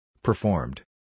Performed